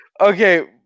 Okay